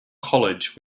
college